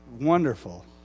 Wonderful